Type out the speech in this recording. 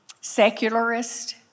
secularist